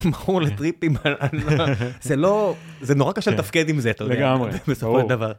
מכור לטריפים על אני לא ... זה לא, זה נורא קשה, כן, לתפקד עם זה, אתה יודע, לגמרי, בסופו הדבר.